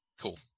Cool